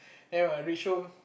then when I reach home